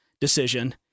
decision